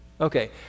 Okay